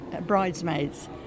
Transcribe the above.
bridesmaids